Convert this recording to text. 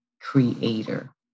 creator